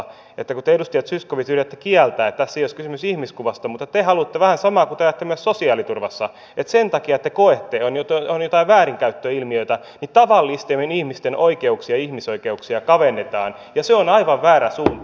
kun te edustaja zyskowicz yritätte kieltää että tässä ei olisi kysymys ihmiskuvasta niin te haluatte vähän samaa kuin mitä te ajatte myös sosiaaliturvassa että sen takia te koette että kun on joitain väärinkäyttöilmiöitä niin tavallisten ihmisten ihmisoikeuksia kavennetaan ja se on aivan väärä suunta